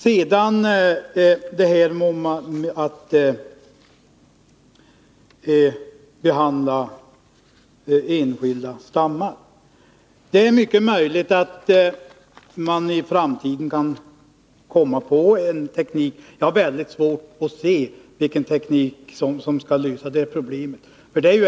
När det gäller detta att behandla enskilda stammar är det möjligt att man i framtiden kan komma på en sådan teknik, men jag har väldigt svårt att se hur man skulle kunna lösa det problemet.